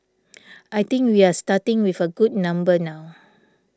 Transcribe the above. I think we are starting with a good number now